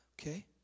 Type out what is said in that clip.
Okay